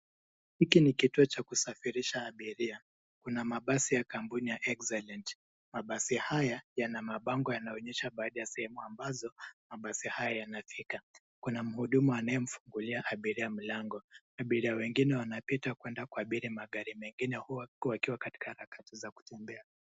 Hiki ni kituo cha kusafirisha abiria, kuna mabasi ya kampuni ya Excellent. Mabasi haya yana mabango, yanaonyesha baadhi ya sehemu ambazo mabasi haya yanafika. Kuna mhudumu anayemfungulia abiria mlango. Abiria wengine wanapita kuenda kuabiri magari mengine, huku wakiwa katika harakati za kuembea.